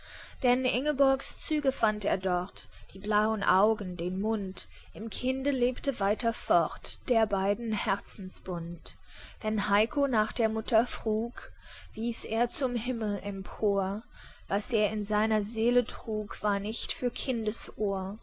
denn ingeborgs züge fand er dort die blauen augen den mund im kinde lebte weiter fort der beiden herzensbund wenn heiko nach der mutter frug wies er zum himmel empor was er in seiner seele trug war nicht für